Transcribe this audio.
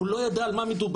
הוא לא ידע על מה מדובר.